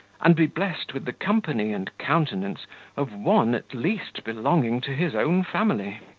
and be blessed with the company and countenance of one at least belonging to his own family.